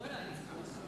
מצביע עוזי לנדאו,